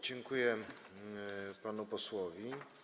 Dziękuję panu posłowi.